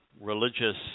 religious